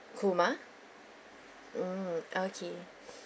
Kumar mm okay